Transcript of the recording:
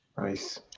Nice